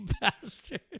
bastard